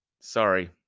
Sorry